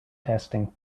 testing